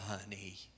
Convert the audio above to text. honey